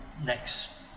next